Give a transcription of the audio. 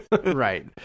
Right